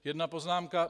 Jedna poznámka.